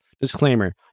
Disclaimer